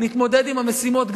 נתמודד עם המשימות,